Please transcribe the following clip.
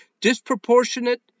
disproportionate